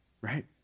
Right